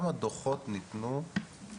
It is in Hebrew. כמה דוחות ניתנו בשנת 2020 ו-2021